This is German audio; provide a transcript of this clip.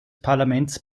parlaments